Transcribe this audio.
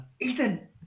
Ethan